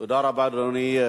תודה רבה, אדוני.